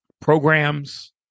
programs